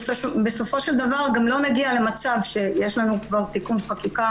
ובסופו של דבר גם לא נגיע למצב שיש לנו כבר תיקון חקיקה